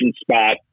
spot